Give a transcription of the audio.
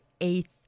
eighth